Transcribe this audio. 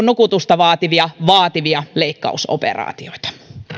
nukutusta vaativia vaativia leikkausoperaatioita